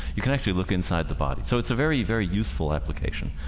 you can actually look inside the body so it's a very very useful application